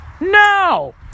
No